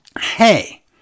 Hey